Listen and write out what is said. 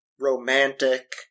romantic